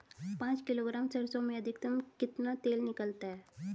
पाँच किलोग्राम सरसों में अधिकतम कितना तेल निकलता है?